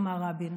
אמר רבין.